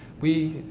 we